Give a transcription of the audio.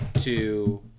two